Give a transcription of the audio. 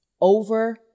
over